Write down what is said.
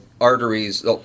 arteries